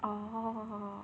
oh